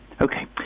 Okay